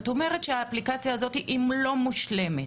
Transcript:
את אומרת שהאפליקציה הזאת אינה מושלמת,